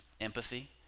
empathy